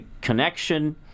connection